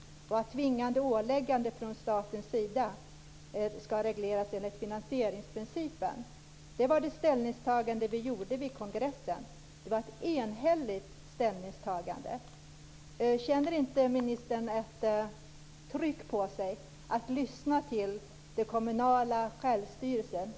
Ett tvingande åläggande från statens sida skall regleras enligt finansieringsprincipen. Det var det ställningstagande vi gjorde vid kongressen. Det var ett enhälligt ställningstagande. Känner inte ministern ett tryck på sig att lyssna till dem som har ansvaret för det kommunala självstyret?